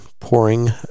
Pouring